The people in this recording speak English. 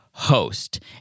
Host